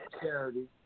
charity